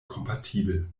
kompatibel